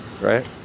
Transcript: right